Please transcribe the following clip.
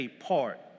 apart